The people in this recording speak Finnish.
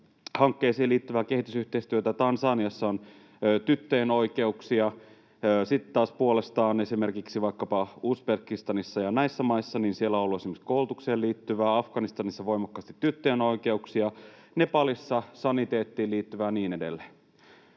kaivoshankkeisiin liittyvää kehitysyhteistyötä, Tansaniassa on tyttöjen oikeuksia. Sitten taas puolestaan vaikkapa Uzbekistanissa ja näissä maissa on ollut esimerkiksi koulutukseen liittyvää, Afganistanissa voimakkaasti tyttöjen oikeuksia, Nepalissa saniteettiin liittyvää ja niin edelleen.